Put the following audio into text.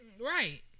right